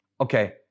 okay